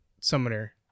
summoner